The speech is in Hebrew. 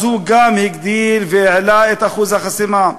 אז הוא גם הגדיל והעלה את אחוז החסימה,